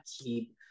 keep